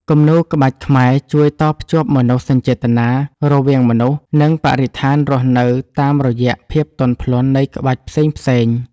គំនូរក្បាច់ខ្មែរជួយតភ្ជាប់មនោសញ្ចេតនារវាងមនុស្ស និងបរិស្ថានរស់នៅតាមរយៈភាពទន់ភ្លន់នៃក្បាច់ផ្សេងៗ។